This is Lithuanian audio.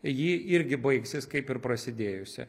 ji irgi baigsis kaip ir prasidėjusi